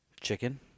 Chicken